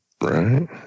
Right